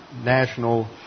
national